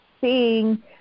seeing